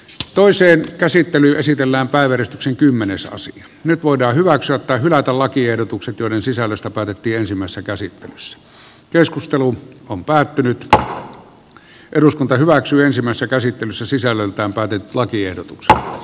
toiseen käsittelyyn esitellään kaivertazin kymmenesosa nyt voidaan hyväksyä tai hylätä lakiehdotukset joiden sisällöstä päätettiin ensimmäisessä käsittelyssä sisällöltään päätet lakiehdotuksella